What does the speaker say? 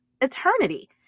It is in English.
eternity